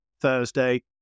Thursday